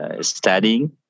studying